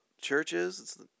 churches